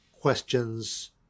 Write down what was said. questions